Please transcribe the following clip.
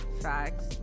Facts